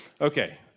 Okay